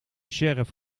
sheriff